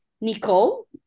Nicole